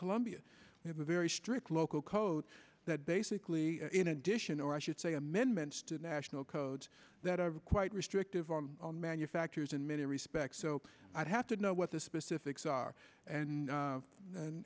columbia we have a very strict local code that basically in addition or i should say amendments to national codes that are quite restrictive on manufacturers in many respects so i'd have to know what the specifics are and